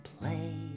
play